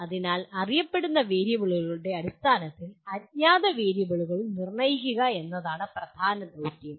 അതിനാൽ അറിയപ്പെടുന്ന വേരിയബിളുകളുടെ അടിസ്ഥാനത്തിൽ അജ്ഞാത വേരിയബിളുകൾ നിർണ്ണയിക്കുക എന്നതാണ് പ്രധാന ദൌത്യം